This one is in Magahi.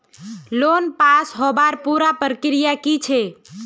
लोन पास होबार पुरा प्रक्रिया की छे?